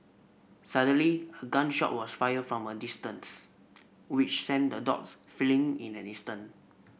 suddenly a gun shot was fired from a distance which sent the dogs fleeing in an instant